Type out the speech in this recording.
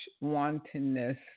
wantonness